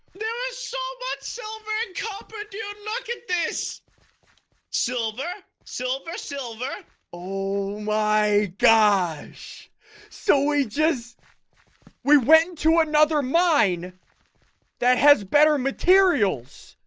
there ah so is silver in comfort you look at this silver silver silver' oh my gosh so we just we went into another mine that has better materials